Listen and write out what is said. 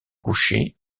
coucher